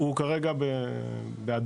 הוא כרגע באדום